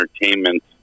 entertainment